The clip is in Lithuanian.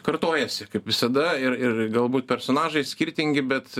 kartojasi kaip visada ir ir galbūt personažai skirtingi bet